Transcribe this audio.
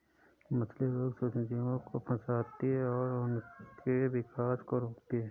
मछली रोग सूक्ष्मजीवों को फंसाती है और उनके विकास को रोकती है